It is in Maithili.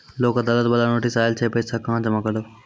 लोक अदालत बाला नोटिस आयल छै पैसा कहां जमा करबऽ?